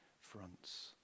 fronts